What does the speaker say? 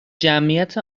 جمعیت